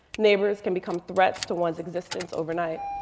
neighbors can become threats to one's existence overnight.